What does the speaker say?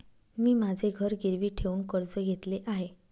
मी माझे घर गिरवी ठेवून कर्ज घेतले आहे